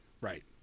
Right